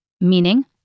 Meaning